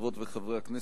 חברות וחברי הכנסת,